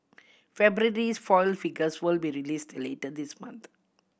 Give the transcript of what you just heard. February's foil figures will be released later this month